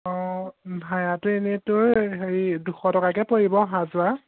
অঁ ভাড়াটো এনেই তোৰ হেৰি দুশ টকাকৈ পৰিব অহা যোৱা